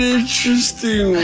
interesting